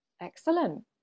Excellent